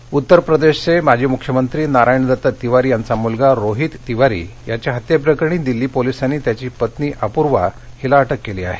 तिवारी उत्तरप्रदेशचे माजी मुख्यमंत्री नारायण दत्त तिवारी यांचा मुलगा रोहित तिवारी याच्या हत्येप्रकरणी दिल्ली पोलिसांनी त्याची पत्नी अपूर्वा तिवारी हिला अटक केली आहे